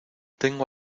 tengo